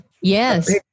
Yes